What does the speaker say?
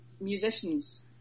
musicians